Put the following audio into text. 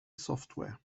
software